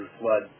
flood